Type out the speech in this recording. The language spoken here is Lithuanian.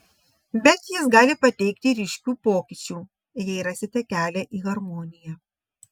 bet jis gali pateikti ryškių pokyčių jei rasite kelią į harmoniją